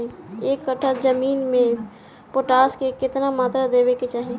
एक कट्ठा जमीन में पोटास के केतना मात्रा देवे के चाही?